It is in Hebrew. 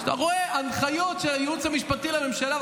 כשאתה רואה הנחיות של הייעוץ המשפטי לממשלה,